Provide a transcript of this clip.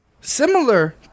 similar